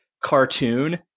cartoon